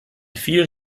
vielen